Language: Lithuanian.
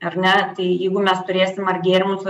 ar ne tai jeigu mes turėsim ar gėrimus